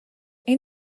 این